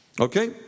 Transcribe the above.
Okay